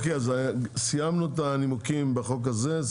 סיימנו את הנימוקים בחוק הזה,